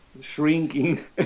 shrinking